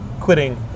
quitting